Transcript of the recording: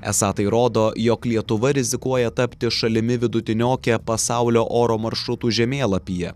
esą tai rodo jog lietuva rizikuoja tapti šalimi vidutinioke pasaulio oro maršrutų žemėlapyje